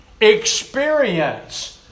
experience